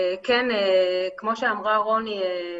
כמו שאמרה רני,